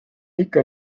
ikka